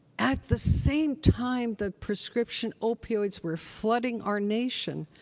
at the same time that prescription opioids were flooding our nation,